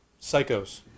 psychos